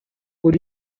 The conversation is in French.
aux